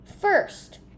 First